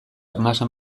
arnasa